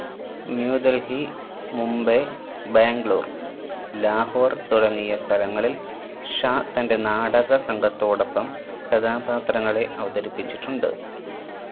ന്യൂദൽഹി മുംബൈ ബാംഗ്ലൂർ ലാഹോർ തുടങ്ങിയ സ്ഥലങ്ങളിൽ ഷാ തൻ്റെ നാടക സംഘത്തോടൊപ്പം കഥാപാത്രങ്ങളെ അവതരിപ്പിച്ചിട്ടുണ്ട്